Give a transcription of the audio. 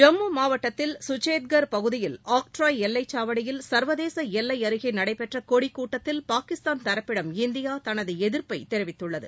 ஜம்மு மாவட்டத்தில் சுச்சேத்கர் பகுதியில் ஆக்ட்ராய் எல்லைச் சாவடியில் சர்வதேச எல்லை அருகே நடைபெற்ற கொடி கூட்டத்தில் பாகிஸ்தான் தரப்பிடம் இந்தியா தனது எதிர்ப்பை தெரிவித்துள்ளது